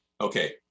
Okay